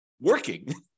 working